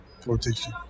protection